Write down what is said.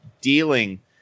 dealing